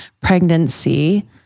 pregnancy